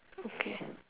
okay